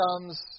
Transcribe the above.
comes